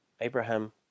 Abraham